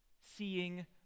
Seeing